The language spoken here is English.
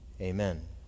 Amen